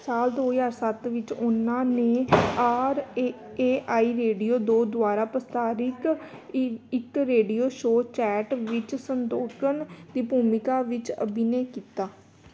ਸਾਲ ਦੋ ਹਜ਼ਾਰ ਸੱਤ ਵਿੱਚ ਉਹਨਾਂ ਨੇ R A A I radio ਦੋ ਦੁਆਰਾ ਪ੍ਰਸਾਰਿਤ ਇ ਇੱਕ ਰੇਡੀਓ ਸ਼ੋਅ ਚੈਟ ਵਿੱਚ ਸੰਦੋਕਨ ਦੀ ਭੂਮਿਕਾ ਵਿੱਚ ਅਭਿਨੈ ਕੀਤਾ